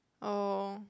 oh